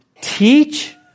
teach